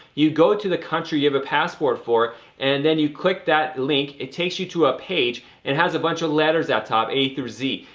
you go to the country you have a passport for and then you click that link. it takes you to a page and has a bunch of letters at top a through z.